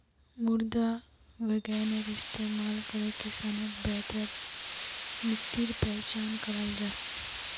मृदा विग्यानेर इस्तेमाल करे किसानोक बेहतर मित्तिर पहचान कराल जाहा